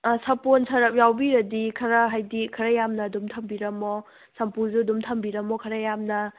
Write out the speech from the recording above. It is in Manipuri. ꯁꯥꯄꯣꯟ ꯁꯔꯞ ꯌꯥꯎꯕꯤꯔꯗꯤ ꯈꯔ ꯍꯥꯏꯗꯤ ꯈꯔ ꯌꯥꯝꯅ ꯑꯗꯨꯝ ꯊꯝꯕꯤꯔꯝꯃꯣ ꯁꯝꯄꯨꯁꯨ ꯑꯗꯨꯝ ꯊꯝꯕꯤꯔꯝꯃꯣ ꯈꯔ ꯌꯥꯝꯅ